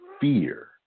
fear